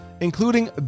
including